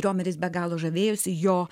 riomeris be galo žavėjosi jo